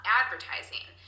advertising